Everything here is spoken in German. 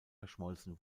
verschmolzen